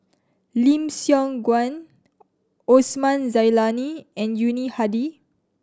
Lim Siong Guan Osman Zailani and Yuni Hadi